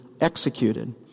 executed